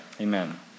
Amen